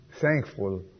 thankful